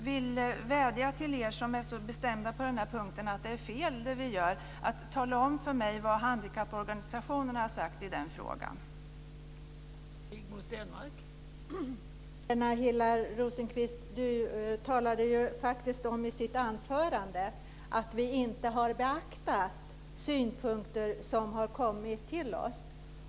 Fru talman! Helena Hillar Rosenqvist talade faktiskt i sitt anförande om att vi inte har beaktat synpunkter som har kommit till oss.